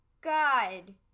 God